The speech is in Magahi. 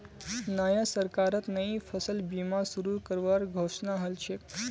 नया सरकारत नई फसल बीमा शुरू करवार घोषणा हल छ